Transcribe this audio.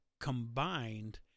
combined